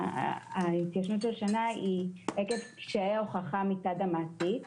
ההתיישנות תוך שנה היא עקב קשיי ההוכחה מצד המעסיק.